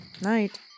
Night